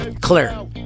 Clear